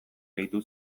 gehitu